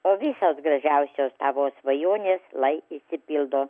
o visos gražiausios tavo svajonės lai išsipildo